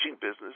business